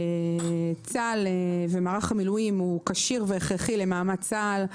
צה"ל ומערך המילואים הוא כשיר והכרחי למעמד צה"ל,